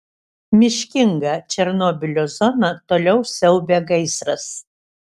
miškingą černobylio zoną toliau siaubia gaisras